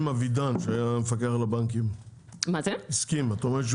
אם אבידן שהיה המפקח על הבנקים הסכים, את אומרת,